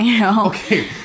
Okay